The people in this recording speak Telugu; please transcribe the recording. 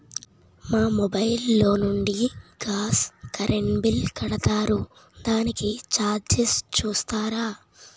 మా మొబైల్ లో నుండి గాస్, కరెన్ బిల్ కడతారు దానికి చార్జెస్ చూస్తారా?